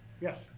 Yes